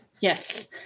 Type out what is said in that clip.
Yes